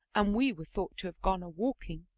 and we were thought to have gone a-walking.